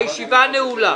הישיבה נעולה.